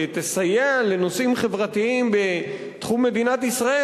תסייע בנושאים חברתיים בתחום מדינת ישראל,